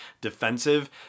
defensive